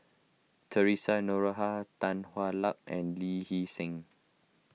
theresa Noronha Tan Hwa Luck and Lee Hee Seng